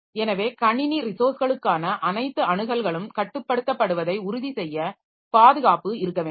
எனவே கணினி ரிசோர்ஸ்களுக்கான அனைத்து அணுகல்களும் கட்டுப்படுத்தப்படுவதை உறுதிசெய்ய பாதுகாப்பு இருக்க வேண்டும்